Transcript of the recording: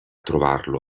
trovarlo